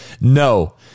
No